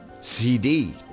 CD